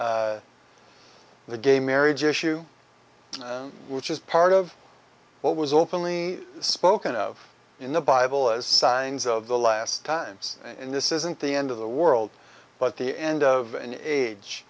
up the gay marriage issue which is part of what was openly spoken of in the bible as signs of the last times in this isn't the end of the world but the end of an age